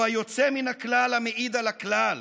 הוא היוצא מן הכלל המעיד על הכלל.